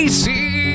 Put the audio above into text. see